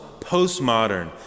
postmodern